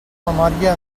memòria